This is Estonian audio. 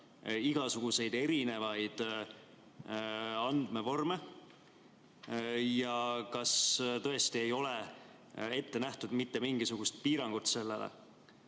igasuguseid erinevaid andmevorme? Kas tõesti ei ole sellele ette nähtud mitte mingisugust piirangut tuleviku